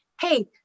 hey